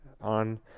on